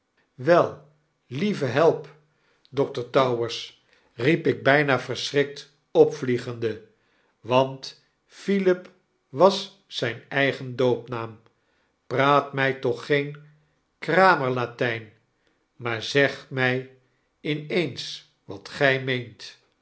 wel iieve help dokter towers riep ik bflna verschrikt opviiegende want eilip was zijn eigen doopnaam praat mfl toch geen kramenatfln maar zeg mfl in eens wat gij meent